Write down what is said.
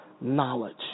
knowledge